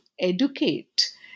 educate